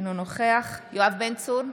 אינו נוכח יואב בן צור,